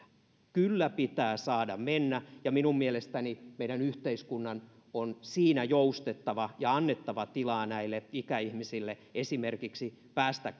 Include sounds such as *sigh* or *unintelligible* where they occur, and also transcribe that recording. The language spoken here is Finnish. kyllä pitää saada mennä ja minun mielestäni meidän yhteiskunnan on siinä joustettava ja annettava tilaa näille ikäihmisille esimerkiksi päästä *unintelligible*